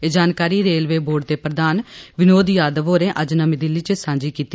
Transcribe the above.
एह् जानकारी railway board दे प्रधान विनोद यादव होरें अज्ज नमीं दिल्ली च सांझी कीती